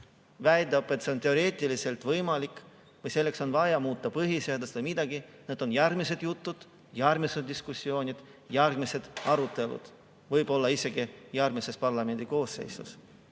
väidab, et see on teoreetiliselt võimalik või selleks on vaja muuta põhiseadust või midagi [muud], on need järgmised jutud, järgmised diskussioonid, järgmised arutelud, võib-olla isegi järgmises parlamendi koosseisus.